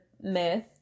myth